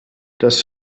das